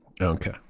Okay